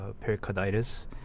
pericarditis